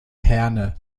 herne